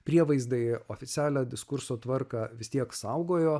prievaizdai oficialią diskurso tvarką vis tiek saugojo